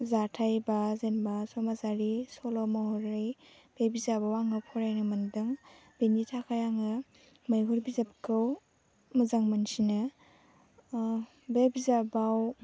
जाथाय बा जेनेबा समाजारि सल' महरै बे बिजाबाव आङो फरायनो मोन्दों बेनि थाखाय आङो मैहुर बिजाबखौ मोजां मोनसिनो बे बिजाबाव